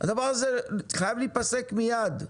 הדבר הזה חייב להיפסק מיד,